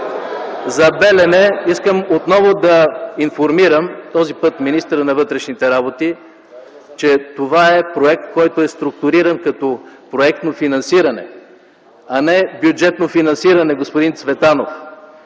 така. Искам отново да информирам за „Белене”, този път министъра на вътрешните работи, че това е проект, който е структуриран като проектно финансиране, а не бюджетно финансиране, господин Цветанов.